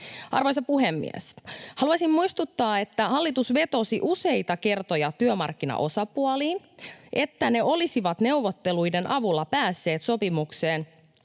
Arvoisa puhemies! Haluaisin muistuttaa, että hallitus vetosi useita kertoja työmarkkinaosapuoliin, että ne olisivat neuvotteluiden avulla päässeet sopimukseen